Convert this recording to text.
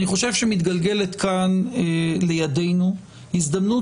אני חושב שמתגלגלת כאן לידינו הזדמנות